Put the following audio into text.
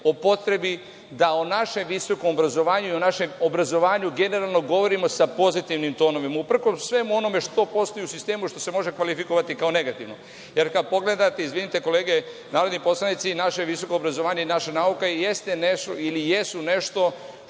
o potrebi da o našem visokom obrazovanju i o našem obrazovanju generalno govorimo sa pozitivnim tonovima, uprkos svemu onome što postoji u sistemu i što se može kvalifikovati kao negativno. Kad pogledate, izvinite kolege narodni poslanici, naše visoko obrazovanje i naša nauka jesu nešto što